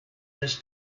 this